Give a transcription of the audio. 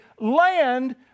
land